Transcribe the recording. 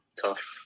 Tough